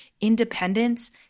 independence